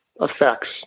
effects